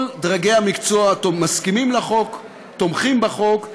כל דרגי המקצוע מסכימים לחוק, תומכים בחוק.